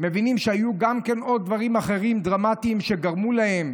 היו גם כן עוד דברים אחרים, דרמטיים, שגרמו להם